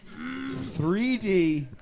3D